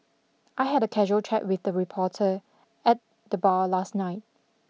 I had a casual chat with the reporter at the bar last night